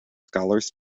scholars